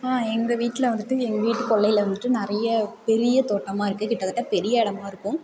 எங்கள் வீட்டில் வந்துட்டு எங்கள் வீட்டு கொல்லையில் வந்துட்டு நிறைய பெரிய தோட்டமாக இருக்குது கிட்டத்தட்ட பெரிய இடமா இருக்கும்